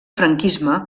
franquisme